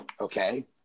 okay